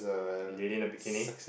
lady in the bikini